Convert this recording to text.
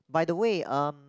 by the way um